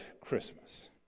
Christmas